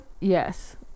yes